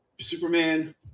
Superman